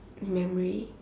memory